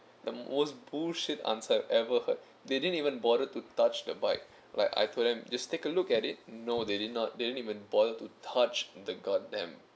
the most bullshit answer I've ever heard they din even bother to touch the bike like I told them just take a look at it no they did not they didn't even bother to touch the goddamn